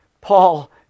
Paul